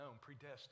predestined